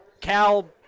Cal